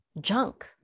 junk